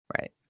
Right